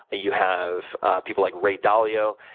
you have people like ray dalio,